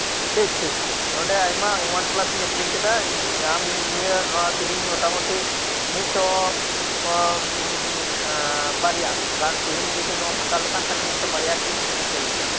ᱴᱷᱤᱠ ᱴᱷᱤᱠ ᱱᱚᱰᱮ ᱟᱭᱢᱟ ᱳᱣᱟᱱ ᱯᱞᱟᱥᱤᱧ ᱟᱹᱠᱷᱨᱤᱧᱠᱮᱫᱟ ᱟᱢᱱᱤᱭᱮ ᱛᱤᱦᱤᱧ ᱢᱚᱴᱟ ᱢᱚᱴᱤ ᱢᱤᱫᱥᱚᱵᱟᱨᱭᱟ ᱜᱟᱱ ᱛᱤᱦᱤᱧ ᱡᱚᱫᱤ ᱱᱚᱣᱟᱢ ᱦᱟᱛᱟᱣ ᱞᱮᱠᱷᱟᱱ ᱛᱟᱦᱚᱞᱮ ᱢᱤᱫᱥᱚ ᱵᱟᱨᱭᱟᱴᱤᱧ ᱥᱮᱞᱠᱮᱫᱟ